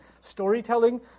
storytelling